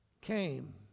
came